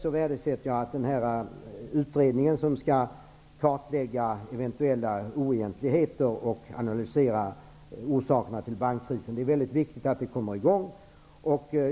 Jag värdesätter speciellt den utredning som skall kartlägga eventuella oegentligheter och analysera orsakerna till bankkrisen. Det är väldigt viktigt att arbetet kommer i gång.